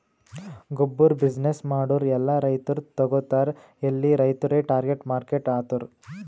ಗೊಬ್ಬುರ್ ಬಿಸಿನ್ನೆಸ್ ಮಾಡೂರ್ ಎಲ್ಲಾ ರೈತರು ತಗೋತಾರ್ ಎಲ್ಲಿ ರೈತುರೇ ಟಾರ್ಗೆಟ್ ಮಾರ್ಕೆಟ್ ಆತರ್